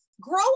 grow